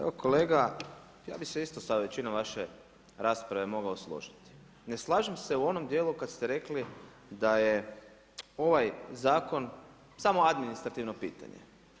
Evo kolega, ja bih se isto sa većinom vaše rasprave mogao složiti, Ne slažem se u onom dijelu kada ste rekli da je ovaj zakon samo administrativno pitanje.